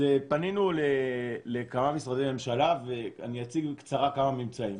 פנינו לכמה משרדי ממשלה ואני אציג בקצרה כמה ממצאים: